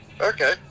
okay